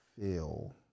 feel